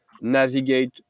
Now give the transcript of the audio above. navigate